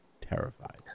Terrified